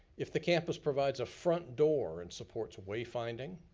if the campus provides a front door and supports wayfinding.